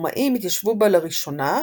הרומאים התיישבו בה לראשונה,